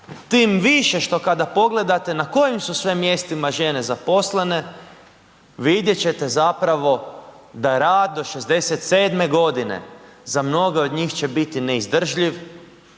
Tim više što kada pogledate na kojim su sve mjestima žene zaposlene vidjet ćete zapravo da rad do 67 godine za mnoge od njih će biti neizdrživ,